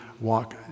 walk